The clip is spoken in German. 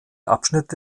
abschnitte